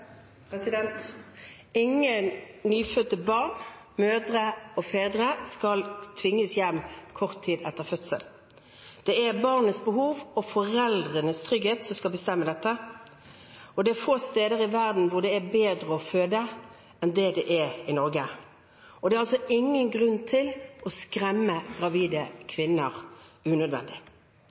Ingen nyfødte barn og ingen mødre eller fedre skal tvinges hjem kort tid etter fødsel. Det er barnets behov og foreldrenes trygghet som skal bestemme dette, og det er få steder i verden hvor det er bedre å føde enn i Norge. Og det er ingen grunn til å skremme gravide kvinner unødvendig.